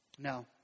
No